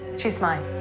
she's mine.